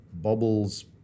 bubbles